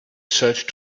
search